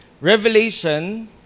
Revelation